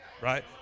right